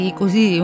così